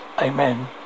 Amen